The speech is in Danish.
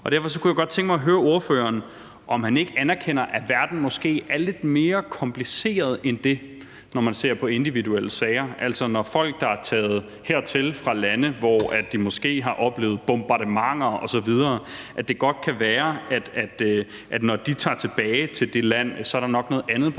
Derfor kunne jeg godt tænke mig at høre ordføreren, om han ikke anerkender, at verden måske er lidt mere kompliceret end det, når man ser på individuelle sager, altså at det godt kan være, at når folk, der er taget hertil fra lande, hvor de måske har oplevet bombardementer osv., tager tilbage til det land, så er der nok også noget andet på